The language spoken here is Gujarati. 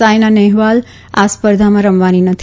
સાયના નહેવાલ આ સ્પર્ધામાં રમવાની નથી